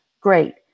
Great